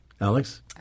Alex